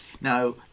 Now